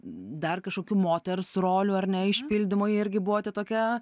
dar kažkokių moters rolių ar ne išpildymo irgi buvote tokia